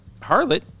harlot